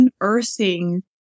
unearthing